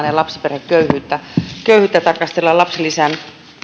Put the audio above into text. ja nimenomaan lapsiperheköyhyyttä ajatellen tarkastellaan lapsilisän